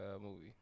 movie